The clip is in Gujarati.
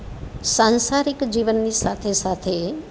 સાંસારિક જીવનની સાથે સાથે